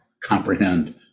comprehend